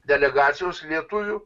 delegacijos lietuvių